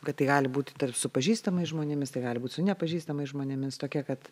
kad tai gali būti tarp su pažįstamais žmonėmis tai gali būt su nepažįstamais žmonėmis tokia kad